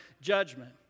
judgment